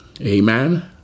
Amen